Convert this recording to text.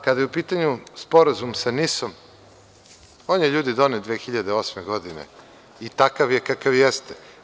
Kada je u pitanju sporazum sa NIS-om, on je ljudi donet 2008. godine i takav je kakav jeste.